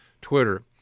Twitter